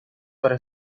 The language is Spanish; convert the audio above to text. para